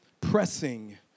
pressing